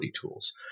tools